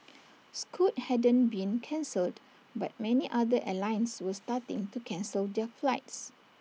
scoot hadn't been cancelled but many other airlines were starting to cancel their flights